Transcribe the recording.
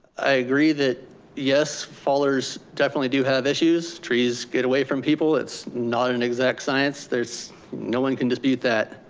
i agree that yes, fallers definitely do have issues. trees get away from people. it's not an exact science, there's no one can dispute that.